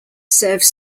serves